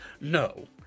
no